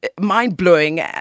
mind-blowing